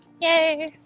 Yay